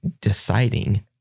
deciding